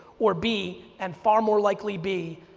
or b, and far more likely b,